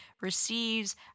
receives